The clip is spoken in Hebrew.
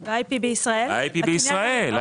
בישראל.